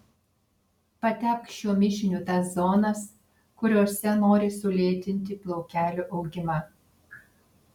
patepk šiuo mišiniu tas zonas kuriose nori sulėtinti plaukelių augimą